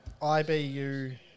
IBU